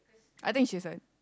I think she's like